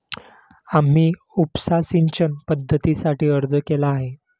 आम्ही उपसा सिंचन पद्धतीसाठी अर्ज केला आहे